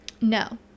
No